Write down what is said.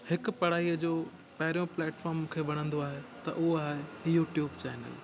हिकु पढ़ाई जो पहिरियों प्लेटफ़ॉर्म मूंखे वणंदो आहे त उहो आहे यूट्यूब चैनल